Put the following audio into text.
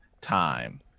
time